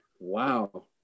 Wow